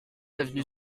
avenue